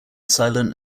silent